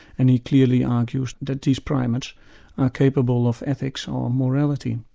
and he clearly argues that these primates are capable of ethics or morality.